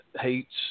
hates